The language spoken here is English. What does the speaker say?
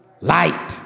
light